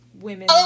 women